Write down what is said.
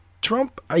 Trump